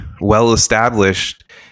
well-established